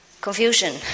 confusion